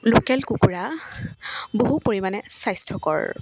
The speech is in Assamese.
লোকেল কুকুৰা বহু পৰিমাণে স্বাস্থ্যকৰ